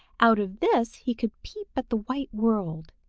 out of this he could peep at the white world,